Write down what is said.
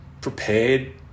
prepared